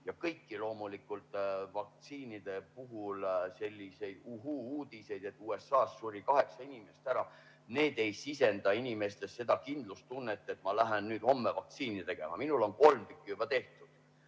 Loomulikult ka vaktsiinide puhul sellised uhhuu-uudised, et USA‑s suri kaheksa inimest ära, ei sisenda inimestesse seda kindlustunnet, et ma lähen nüüd homme vaktsiini tegema. Minul on kolm tükki juba tehtud.